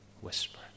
whisper